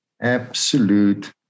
absolute